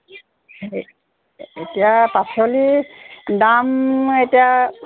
এতিয়া পাচলি দাম এতিয়া